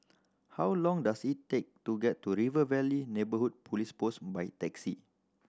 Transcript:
how long does it take to get to River Valley Neighbourhood Police Post by taxi